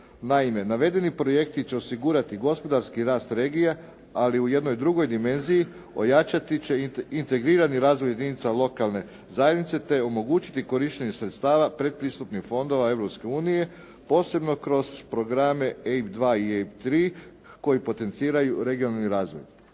Naime, navedeni projekti će osigurati gospodarski rast regija, ali u jednoj drugoj dimenziji, ojačati će integrirani razvoj jedinca lokalne zajednice, te omogućiti korištenje sredstava predpristupnih fondova Europske unije posebno kroz programe EIB 2 i EIB 3 koji potenciraju regionalni razvoj.